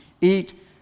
Eat